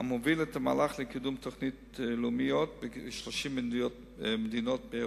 המוביל את המהלך לקידום תוכניות לאומיות בכ-30 מדינות באירופה.